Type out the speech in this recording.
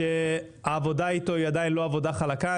שאני מבין שהעבודה אתו עדיין לא עבודה חלקה,